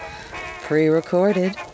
pre-recorded